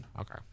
Okay